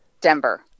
Denver